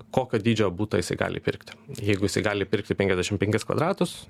kokio dydžio butą jisai gali įpirkti jeigu jisai gali įpirkti penkiasdešimt penkis kvadratus